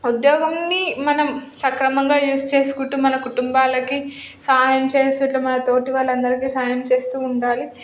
ఉద్యోగంని మనం సక్రమంగా యూజ్ చేసుకుంటూ మన కుటుంబాలకి సహాయం చేస్తూ ఇట్లా మన తోటి వాళ్ళందరికీ సహాయం చేస్తూ ఉండాలి